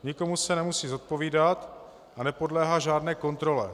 Nikomu se nemusí zodpovídat a nepodléhá žádné kontrole.